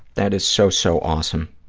that is so, so awesome,